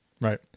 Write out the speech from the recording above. right